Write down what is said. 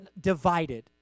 divided